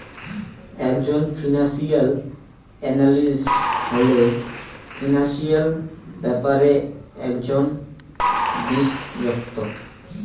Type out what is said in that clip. একজন financial analyst হসে financial ব্যাপারে একজন বিশষজ্ঞ